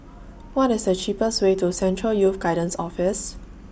What IS The cheapest Way to Central Youth Guidance Office